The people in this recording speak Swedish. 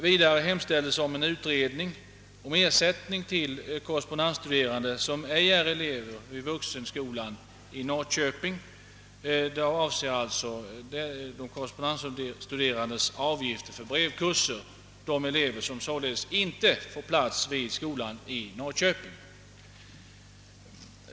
Vidare hemställes om en utredning om ersättning till korrespondensstuderande, som ej är elever vid vuxenskolan i Norrköping. Det avser sålunda studerandes avgifter för brevkurser för sådana elever, som inte får plats vid skolan i Norrköping.